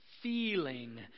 Feeling